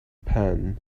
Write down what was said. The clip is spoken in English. pan